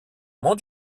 mon